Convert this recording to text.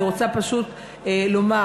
אני רוצה פשוט לומר,